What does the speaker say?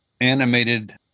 animated